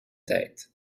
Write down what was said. tête